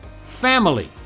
family